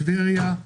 טבריה,